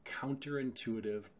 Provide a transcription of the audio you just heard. counterintuitive